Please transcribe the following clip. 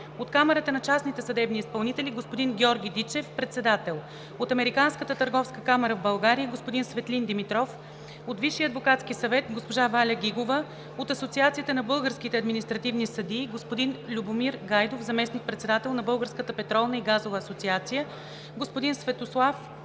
от Камарата на частните съдебни изпълнители – господин Георги Дичев, председател; от Американската търговска камара в България – господин Светлин Димитров; от Висшия адвокатски съвет – госпожа Валя Гигова; от Асоциацията на българските административни съдии – господин Любомир Гайдов, заместник-председател, и от Българската петролна и газова асоциация – господин Светослав